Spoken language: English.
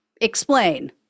Explain